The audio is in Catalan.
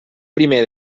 primer